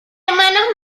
hermanos